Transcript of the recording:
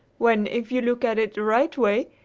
when, if you look at it the right way,